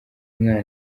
mwana